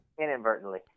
Inadvertently